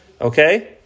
okay